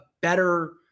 better